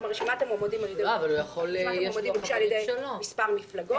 כלומר רשימת המועמדים הוגשה על ידי מספר מפלגות.